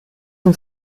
uns